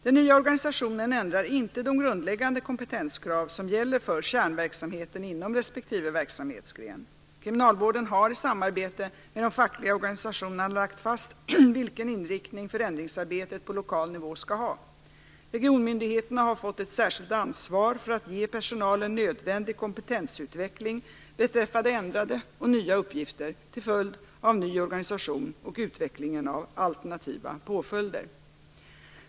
Den nya organisationen ändrar inte de grundläggande kompetenskrav som gäller för kärnverksamheten inom respektive verksamhetsgren. Kriminalvården har i samarbete med de fackliga organisationerna lagt fast vilken inriktning förändringsarbetet på lokal nivå skall ha. Regionmyndigheterna har fått ett särskilt ansvar för att ge personalen nödvändig kompetensutveckling beträffande ändrade och nya uppgifter till följd av ny organisation och utvecklingen av alternativa påföljder.